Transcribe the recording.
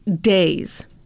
days